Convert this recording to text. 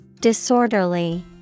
Disorderly